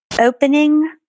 opening